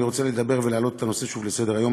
אני רוצה לדבר ולהעלות את הנושא שוב לסדר-היום,